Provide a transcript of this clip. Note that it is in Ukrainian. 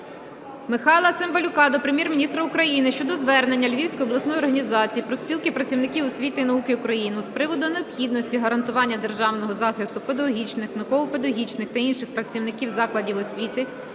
Михайла Цимбалюка до Прем'єр-міністра України щодо звернення Львівської обласної організації профспілки працівників освіти і науки України з приводу необхідності гарантування державою захисту педагогічних, науково-педагогічних та інших працівників закладів освіти,